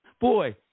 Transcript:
boy